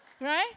right